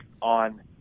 on